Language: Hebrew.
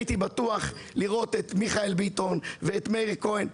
הייתי בטוח שאראה את מיכאל ביטון ואת מאיר כהן,